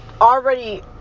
already